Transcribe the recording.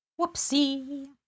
whoopsie